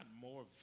more